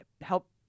help